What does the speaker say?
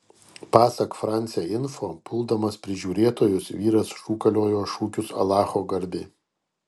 pasak france info puldamas prižiūrėtojus vyras šūkaliojo šūkius alacho garbei